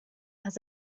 has